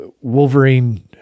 Wolverine